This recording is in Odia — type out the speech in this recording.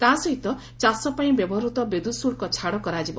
ତା' ସହିତ ଚାଷପାଇଁ ବ୍ୟବହୃତ ବିଦ୍ୟୁତ୍ ଶୁଲ୍କ ଛାଡ଼ କରାଯିବ